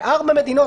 בארבע מדינות,